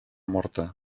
morta